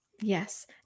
yes